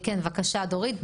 בבקשה, דורית.